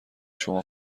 شما